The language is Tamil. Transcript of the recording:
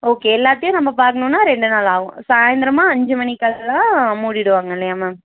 ஓகே எல்லாத்தையும் நம்ம பார்க்கணும்னா ரெண்டு நாள் ஆகும் சாய்ந்தரமாக அஞ்சு மணிக்கெல்லாம் மூடிடுவாங்க இல்லையா மேம்